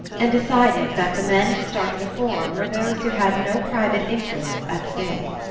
and decided that the men to start a reform were those who had no private interests at stake.